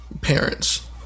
Parents